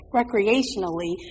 recreationally